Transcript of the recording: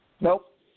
Nope